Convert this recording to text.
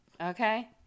okay